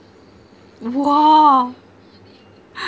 !wah!